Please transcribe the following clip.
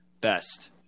Best